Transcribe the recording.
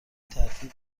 ترتیب